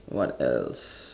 what else